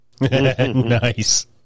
Nice